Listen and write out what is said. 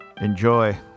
Enjoy